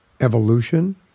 evolution